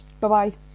Bye-bye